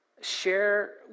share